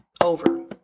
Over